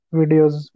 videos